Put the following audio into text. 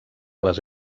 les